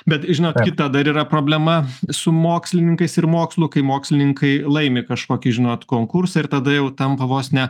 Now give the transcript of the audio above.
bet žinot kita dar yra problema su mokslininkais ir mokslu kai mokslininkai laimi kažkokį žinot konkursą ir tada jau tampa vos ne